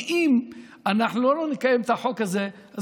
כי אם אנחנו לא נקיים את החוק הזה אז